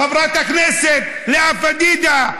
חברת הכנסת לאה פדידה,